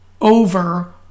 over